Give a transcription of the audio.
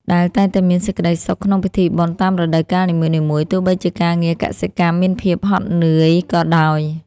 ដែលតែងតែមានសេចក្តីសុខក្នុងពិធីបុណ្យតាមរដូវកាលនីមួយៗ ទោះបីជាការងារកសិកម្មមានភាពហត់នឿយក៏ដោយ។